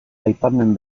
aipamen